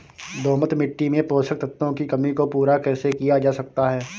दोमट मिट्टी में पोषक तत्वों की कमी को पूरा कैसे किया जा सकता है?